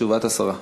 תשובת השרה.